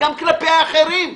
וגם כלפי האחרים.